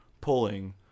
pulling